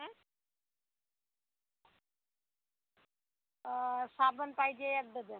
हा साबण पाहिजे एक डझन